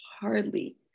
hardly